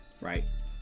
right